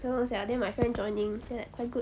don't know sia then my friend joining then like quite good